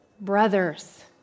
brothers